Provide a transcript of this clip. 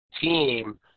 team